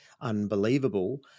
unbelievable